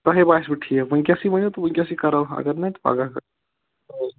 تۅہے باسوٕ ٹھیٖک وُنٛکیٚسٕے ؤنِو تہٕ وُنٛکیٚسٕے کَرو اَگر نے تہٕ پَگاہ کَرو